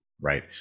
right